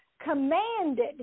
commanded